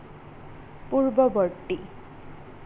পূৰ্ববৰ্তী